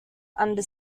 under